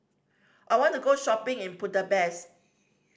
I want to go shopping in Budapest